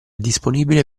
disponibile